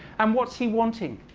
and what's he wanting?